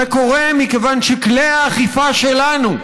זה קורה מכיוון שכלי האכיפה שלנו,